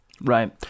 Right